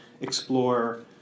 explore